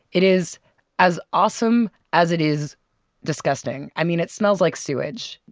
it is as awesome as it is disgusting. i mean, it smells like sewage.